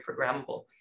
programmable